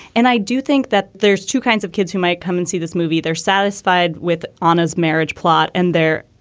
and i do think that there's two kinds of kids who might come and see this movie. they're satisfied with on his marriage plot. and they're,